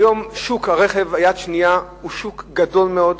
שוק הרכב יד-שנייה הוא שוק גדול מאוד,